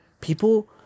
people